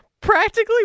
practically